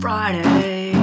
Friday